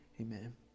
Amen